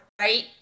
Right